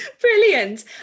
Brilliant